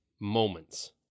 moments